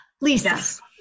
Lisa